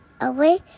Away